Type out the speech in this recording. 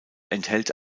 enthält